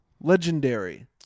Legendary